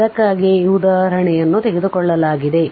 ಅದಕ್ಕಾಗಿಯೇ ಈ ಉದಾಹರಣೆಯನ್ನು ತೆಗೆದುಕೊಳ್ಳಲಾಗಿದೆ